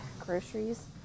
groceries